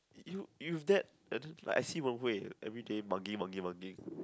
you you've that like I see Wen Hui everyday mugging mugging mugging